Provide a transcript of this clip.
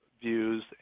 views